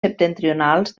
septentrionals